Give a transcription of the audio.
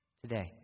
Today